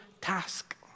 task